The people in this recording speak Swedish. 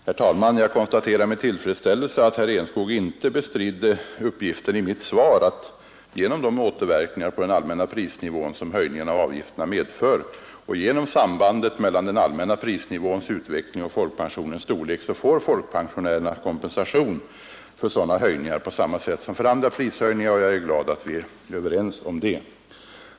Herr talman! Jag konstaterar med tillfredsställelse att herr Enskog inte bestred uppgiften i mitt svar, att genom de återverkningar på den allmänna prisnivån som höjningarna av avgifterna haft och genom sambandet mellan den allmänna prisnivåns utveckling och folkpensionens storlek, så får folkpensionärerna kompensation för sådana höjningar på samma sätt som för andra prishöjningar. Jag är glad att vi är överens om det.